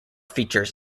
features